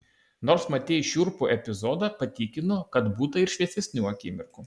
nors matei šiurpų epizodą patikinu kad būta ir šviesesnių akimirkų